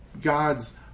God's